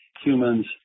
humans